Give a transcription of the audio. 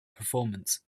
performance